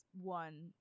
one